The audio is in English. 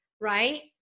right